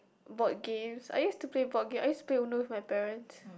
board games I used to play board games I used to play uno with my parents